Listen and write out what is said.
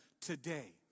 today